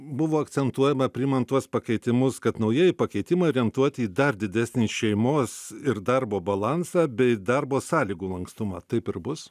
buvo akcentuojama priimant tuos pakeitimus kad naujieji pakeitimai orientuoti į dar didesnį šeimos ir darbo balansą bei darbo sąlygų lankstumą taip ir bus